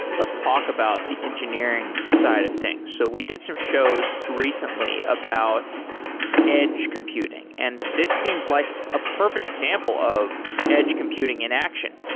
let's talk about the engineering side of things. so we did some shows recently about edge computing, and this seems like a perfect example of edge computing in action.